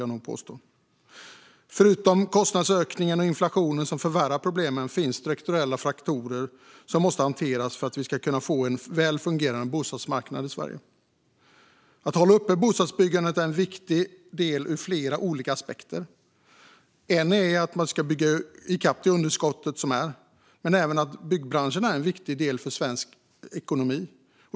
Förutom kostnadsökningarna och inflationen, som förvärrar problemen, finns strukturella faktorer som måste hanteras för att vi ska kunna få en väl fungerande bostadsmarknad i Sverige. Att hålla uppe bostadsbyggandet är viktigt ur flera olika aspekter. En aspekt är att man ska bygga ikapp det underskott som finns. En annan aspekt är att byggbranschen är viktig för svensk ekonomi.